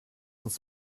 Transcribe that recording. uns